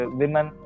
women